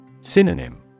Synonym